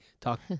talk